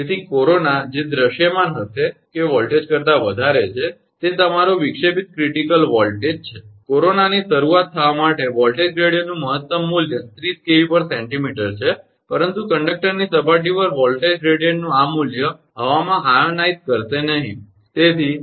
તેથી કોરોના જે દૃશ્યમાન હશે કે વોલ્ટેજ કરતા વધારે છે તે તમારો વિક્ષેપિત ક્રિટિકલ વોલ્ટેજ છે કોરોનાની શરુઆત થવા માટે વોલ્ટેજ ગ્રેડીંયટનું મહત્તમ મૂલ્ય 30 𝑘𝑉 𝑐𝑚 છે પરંતુ કંડક્ટરની સપાટી પર વોલ્ટેજ ગ્રેડીંયટનું આ મૂલ્ય હવામાં આયનાઇઝ કરશે નહીં બરાબર